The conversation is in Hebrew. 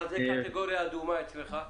מה זה קטגוריה אדומה אצלך?